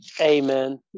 Amen